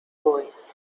voice